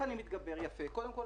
קודם כול,